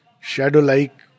Shadow-like